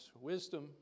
wisdom